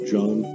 John